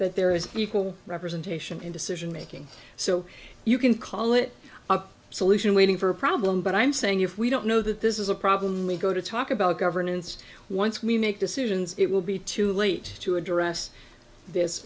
but there is equal representation in decision making so you can call it a solution waiting for a problem but i'm saying if we don't know that this is a problem we go to talk about governance once we make decisions it will be too late to address this